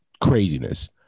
craziness